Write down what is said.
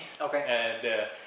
Okay